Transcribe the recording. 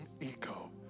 ego